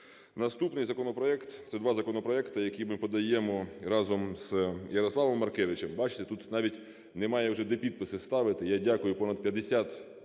Наступний законопроект – це два законопроекти, які ми подаємо разом з Ярославом Маркевичем. Бачите, тут навіть немає вже де підписи ставити, я дякую, понад п'ятдесят